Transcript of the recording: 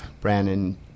Brandon